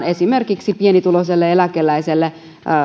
esimerkiksi pienituloiselle eläkeläiselle